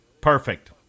Perfect